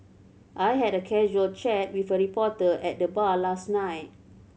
I had a casual chat with a reporter at the bar last night